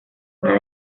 una